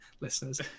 listeners